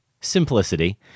simplicity